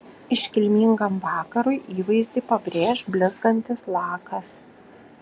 iškilmingam vakarui įvaizdį pabrėš blizgantis lakas